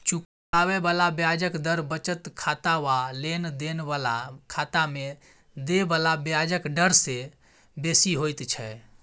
चुकाबे बला ब्याजक दर बचत खाता वा लेन देन बला खाता में देय बला ब्याजक डर से बेसी होइत छै